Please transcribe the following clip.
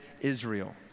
Israel